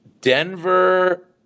Denver